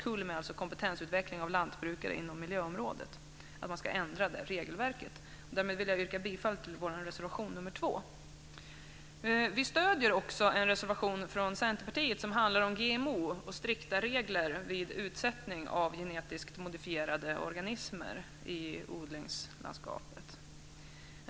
KULM står alltså för kompetensutveckling av lantbrukare inom miljöområdet. Därmed vill jag yrka bifall till vår reservation nr Vi stöder också en reservation från Centerpartiet som handlar om GMO och strikta regler vid utsättning av genetiskt modifierade organismer i odlingslandskapet.